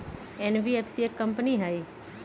NBFC एक company हई?